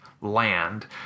land